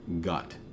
gut